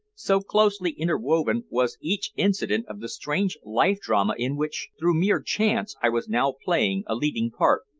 so closely interwoven was each incident of the strange life-drama in which, through mere chance, i was now playing a leading part.